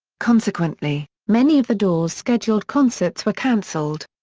consequently, many of the doors' scheduled concerts were canceled.